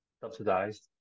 subsidized